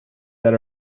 that